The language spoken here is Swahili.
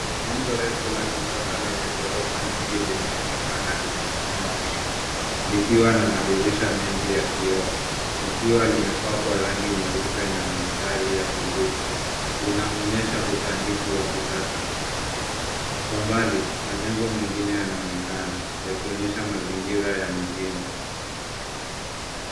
Jengo refu la kisasa lenye ghorofa nyingi limeonekana likisimama wima, likiwa na madirisha mengi ya kioo. Likiwa limepakwa rangi nyeupe na mistari ya bluu, linaonyesha usanifu wa kisasa. Kwa mbali, majengo mengine yanaonekana yakionyesha mazingira ya mjini.